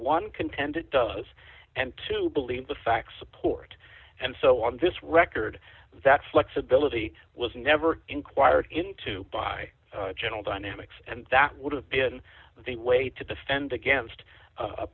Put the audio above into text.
want contend it does and to believe the facts support and so on this record that flexibility was never inquired into by general dynamics and that would have been the way to defend against